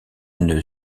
une